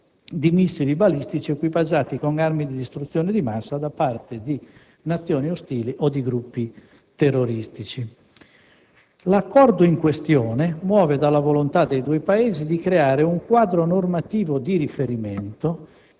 di missili balistici equipaggiati con armi di distruzione di massa da parte di Nazioni ostili o di gruppi terroristici. L'Accordo in questione muove dalla volontà dei due Paesi di creare un quadro normativo di riferimento